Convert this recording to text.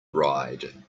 ride